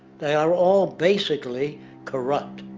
they are all basically corrupt.